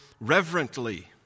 reverently